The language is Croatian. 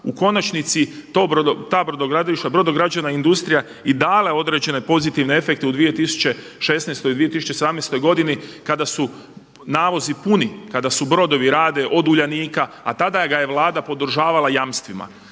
brodogradilišta, brodograđevna industrija i dale određene pozitivne efekte u 2016. i 2017. godini kada su navozi puni, kada su brodovi rade od Uljanika. A tada ga je Vlada podržavala jamstvima.